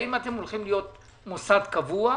האם אתם הולכים להיות מוסד קבוע?